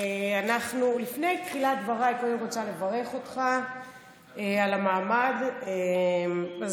לפני תחילת דבריי אני רוצה לברך אותך על המעמד הזה.